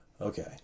Okay